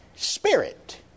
Spirit